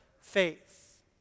faith